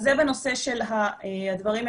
זה בנושא של הפיילוטים.